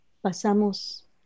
pasamos